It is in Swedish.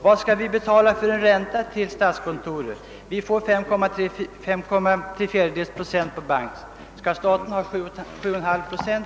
Vilken ränta skall vi betala till statskontoret? Vi får 524 procent på bank. Skall staten ha 714 procent?